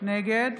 נגד